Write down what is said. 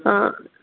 ಹಾಂ